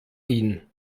ihn